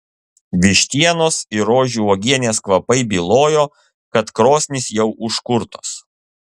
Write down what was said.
vištienos ir rožių uogienės kvapai bylojo kad krosnys jau užkurtos